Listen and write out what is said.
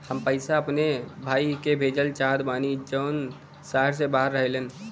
हम पैसा अपने भाई के भेजल चाहत बानी जौन शहर से बाहर रहेलन